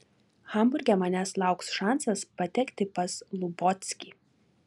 hamburge manęs lauks šansas patekti pas lubockį